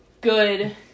good